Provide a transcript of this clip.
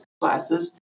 classes